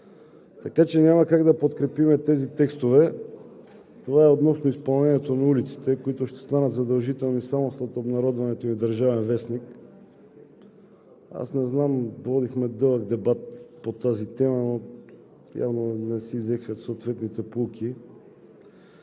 Така че няма как да подкрепим тези текстове. Това е относно изпълнението на улиците, които ще станат задължителни само след обнародването им в „Държавен вестник“. Аз не знам… Водихме дълъг дебат по тази тема, но явно не се взеха съответните поуки